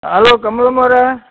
hello ಕಮಲಮ್ಮೋರೆ